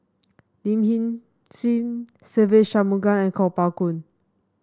Lin Hsin Hsin Se Ve Shanmugam and Kuo Pao Kun